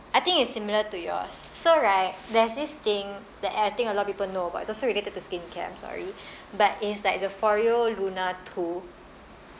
I think it's similar to yours so right there's this thing that I think a lot people know about it's also related the skincare I'm sorry but it's like the Foreo luna two